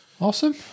awesome